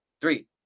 three